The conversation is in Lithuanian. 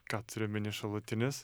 ką turi omeny šalutinis